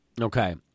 Okay